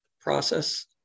process